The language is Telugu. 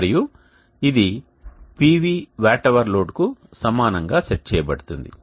మరియు ఇది PV వాట్ అవర్ లోడ్కు సమానంగా సెట్ చేయబడుతుంది